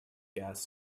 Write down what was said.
gas